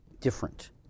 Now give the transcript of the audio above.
different